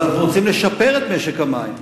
אבל אנחנו רוצים לשפר את משק המים.